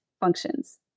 functions